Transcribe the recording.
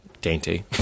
dainty